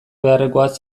beharrekoak